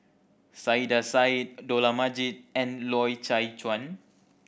Saiedah Said Dollah Majid and Loy Chye Chuan